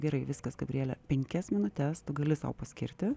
gerai viskas gabriele penkias minutes tu gali sau paskirti